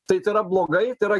tai tai yra blogai tai yra